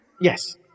Yes